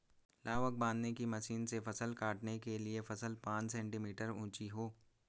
लावक बांधने की मशीन से फसल काटने के लिए फसल पांच सेंटीमीटर ऊंची हो